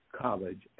college